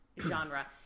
genre